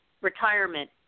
retirement